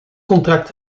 contract